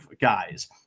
guys